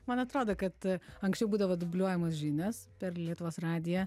man atrodo kad anksčiau būdavo dubliuojamos žinios per lietuvos radiją